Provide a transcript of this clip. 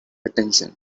attention